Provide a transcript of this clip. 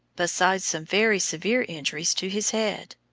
besides some very severe injuries to his head.